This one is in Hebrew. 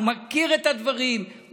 הוא מכיר את הדברים,